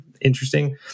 interesting